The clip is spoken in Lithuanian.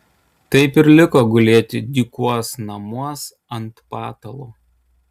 taip ir liko gulėti dykuos namuos ant patalo